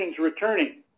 returning